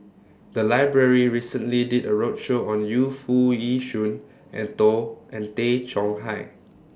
The Library recently did A roadshow on Yu Foo Yee Shoon and to and Tay Chong Hai